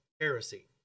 heresy